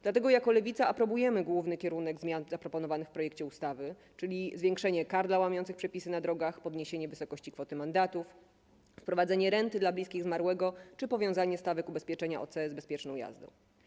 Dlatego jako Lewica aprobujemy główny kierunek zmian zaproponowany w projekcie ustawy, czyli zwiększenie kar dla łamiących przepisy na drogach, podniesienie wysokości kwoty mandatów, wprowadzenie renty dla bliskich zmarłego czy powiązanie stawek ubezpieczenia OC z bezpieczną jazdą.